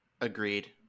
agreed